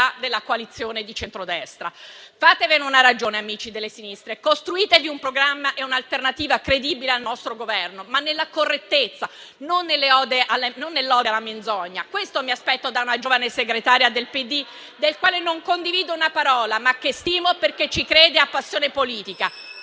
della coalizione di centrodestra. Fatevene una ragione, amici delle sinistre: costruitevi un programma e un'alternativa credibile al nostro Governo, ma nella correttezza, non nell'ode alla menzogna *(Commenti)*. Questo mi aspetto da una giovane segretaria del PD, della quale non condivido una parola, ma che stimo, perché ci crede e ha passione politica,